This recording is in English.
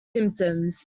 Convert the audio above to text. symptoms